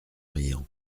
riant